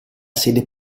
sede